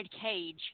cage